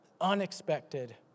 unexpected